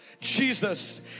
Jesus